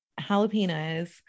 jalapenos